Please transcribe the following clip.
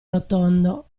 rotondo